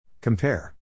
Compare